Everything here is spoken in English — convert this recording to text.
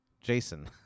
Jason